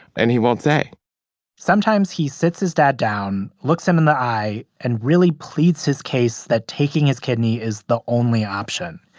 and he won't say sometimes, he sits his dad down, looks him in the eye and really pleads his case that taking his kidney is the only option.